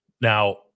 Now